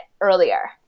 earlier